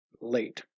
late